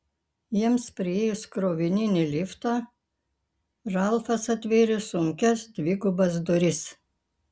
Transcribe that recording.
jiems priėjus krovininį liftą ralfas atvėrė sunkias dvigubas duris